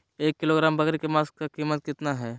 एक किलोग्राम बकरी के मांस का कीमत कितना है?